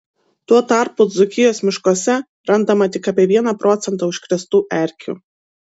tuo tarpu dzūkijos miškuose randama tik apie vieną procentą užkrėstų erkių